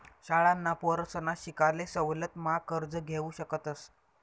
शाळांना पोरसना शिकाले सवलत मा कर्ज घेवू शकतस